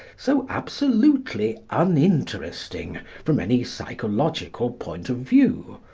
so absolutely uninteresting from any psychological point of view.